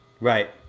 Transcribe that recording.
Right